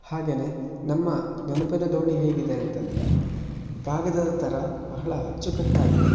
ಹಾಗೇನೇ ನಮ್ಮ ನೆನಪಿನ ದೋಣಿ ಹೇಗಿದೆ ಅಂತಂದರೆ ಕಾಗದದ ಥರ ಬಹಳ ಅಚ್ಚುಕಟ್ಟಾಗಿದೆ